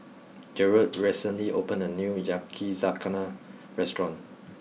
Jerod recently opened a new Yakizakana restaurant